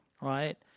Right